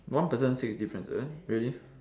one person six differences really